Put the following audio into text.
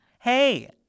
Hey